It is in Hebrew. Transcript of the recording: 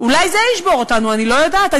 אולי זה ישבור אותנו, אני לא יודעת.